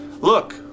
Look